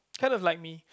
kind of like me